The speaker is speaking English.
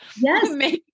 yes